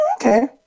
Okay